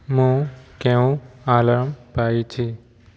ମୁଁ କେଉଁ ଆଲାର୍ମ ପାଇଛି